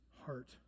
heart